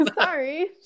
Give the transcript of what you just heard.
Sorry